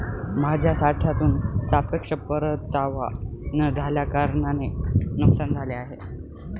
माझ्या साठ्यातून सापेक्ष परतावा न झाल्याकारणाने नुकसान झाले आहे